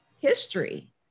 history